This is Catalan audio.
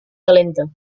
calenta